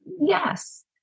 Yes